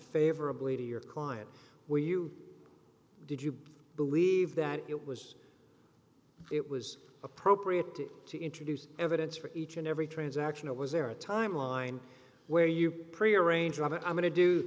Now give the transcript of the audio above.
favorably to your client where you did you believe that it was it was appropriate to introduce evidence for each and every transaction it was there a timeline where you prearrange i'm going to do